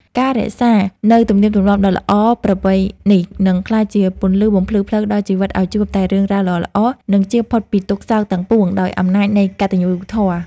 ការរក្សានូវទំនៀមទម្លាប់ដ៏ល្អប្រពៃនេះនឹងក្លាយជាពន្លឺបំភ្លឺផ្លូវដល់ជីវិតឱ្យជួបតែរឿងរ៉ាវល្អៗ និង ជៀសផុតពីទុក្ខសោកទាំងពួងដោយអំណាចនៃកតញ្ញូធម៌។